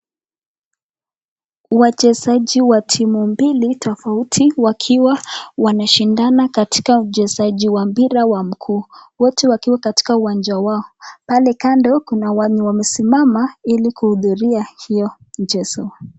Wachezaji wa timu mbili tofauti wakiwa wanashindana katika uchezaji wa mpira wa mguu wote wakiwa katika kiwanja wao, pale kando kuna wenye wamesimama hili kuhudhuria hiyo mchezo.